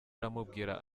aramubwira